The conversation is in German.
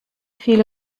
viele